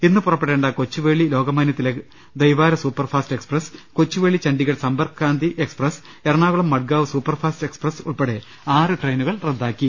ഇന്ന് പുറപ്പെടേണ്ട കൊച്ചുവേളി ലോക മാനൃ തിലക് ദൈവാര super fast express Kochuveli Chandigarh Sampark Kranti express Ernakulam Madgaon super fast express ഉൾപ്പെടെ ആറ് ട്രെയിനുകൾ റദ്ദാക്കി